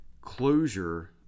closure